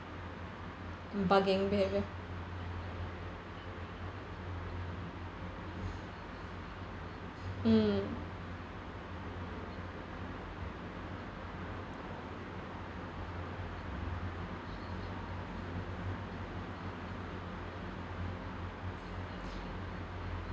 bugging behaviour mm